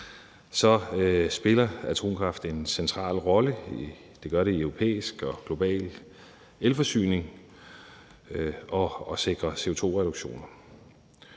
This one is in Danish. spiller atomkraft en central rolle i europæisk og global elforsyning og i at sikre CO2-reduktioner.